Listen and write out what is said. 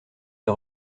ces